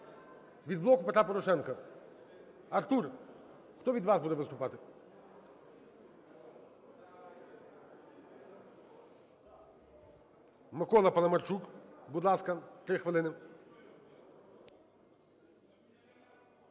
Від "Блоку Петра Порошенка", Артур, хто від вас буде виступати? Микола Паламарчук, будь ласка, 3 хвилини.